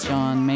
John